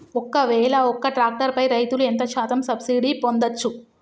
ఒక్కవేల ఒక్క ట్రాక్టర్ పై రైతులు ఎంత శాతం సబ్సిడీ పొందచ్చు?